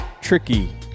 tricky